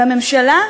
והממשלה,